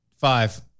Five